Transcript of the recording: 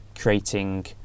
creating